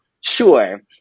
sure